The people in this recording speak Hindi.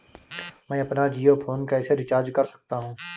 मैं अपना जियो फोन कैसे रिचार्ज कर सकता हूँ?